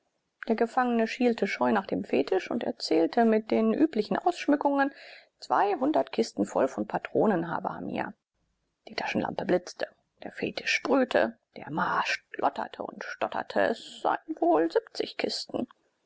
der gefangene schielte scheu nach dem fetisch und erzählte mit den üblichen ausschmückungen kisten voll von patronen habe hamia die taschenlampe blitzte der fetisch sprühte der mha schlotterte und stotterte es seien wohl kisten